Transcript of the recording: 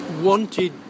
wanted